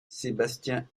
sébastien